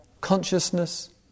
Consciousness